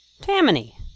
Tammany